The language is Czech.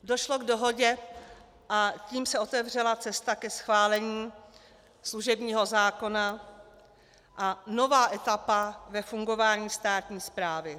Došlo k dohodě, a tím se otevřela cesta ke schválení služebního zákona a nová etapa ve fungování státní správy.